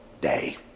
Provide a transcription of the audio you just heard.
day